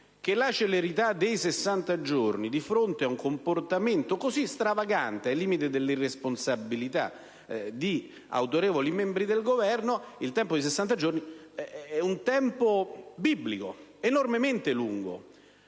che il tempo di 60 giorni, di fronte ad un comportamento così stravagante, ai limiti dell'irresponsabilità, di autorevoli membri del Governo, sia un tempo biblico, enormemente lungo.